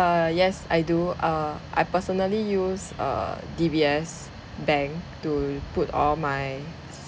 err yes I do err I personally use err D_B_S bank to put all my